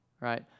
right